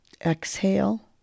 exhale